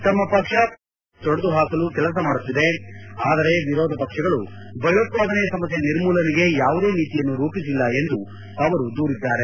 ತಮ್ಮ ಪಕ್ಷ ಭಯೋತ್ವಾದನೆ ಸಮಸ್ಥೆಯನ್ನು ತೊಡೆದು ಹಾಕಲು ಕೆಲಸ ಮಾಡುತ್ತಿದೆ ಆದರೆ ವಿರೋಧ ಪಕ್ಷಗಳು ಭಯೋತ್ವಾದನೆ ಸಮಸ್ಯೆ ನಿರ್ಮೂಲನೆಗೆ ಯಾವುದೇ ನೀತಿಯನ್ನು ರೂಪಿಸಿಲ್ಲ ಎಂದು ಅವರು ದೂರಿದ್ದಾರೆ